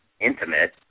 intimate